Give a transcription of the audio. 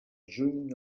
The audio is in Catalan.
juny